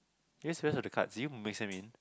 eh where's rest of the cards did you mix them it